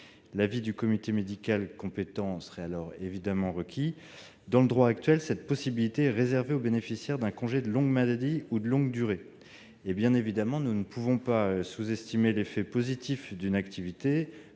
L'avis du comité médical compétent serait alors évidemment requis. Dans le droit actuel, cette possibilité est réservée aux bénéficiaires d'un congé de longue maladie ou de longue durée. Bien évidemment, nous ne pouvons pas sous-estimer l'effet positif d'une activité,